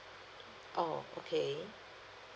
oh okay